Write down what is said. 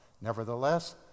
Nevertheless